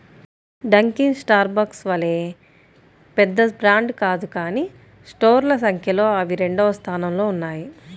Dunkin Starbucks వలె పెద్ద brand కాదు కానీ స్టోర్ల సంఖ్యలో అవి రెండవ స్థానంలో ఉన్నాయి